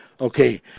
Okay